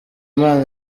imana